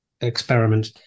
experiment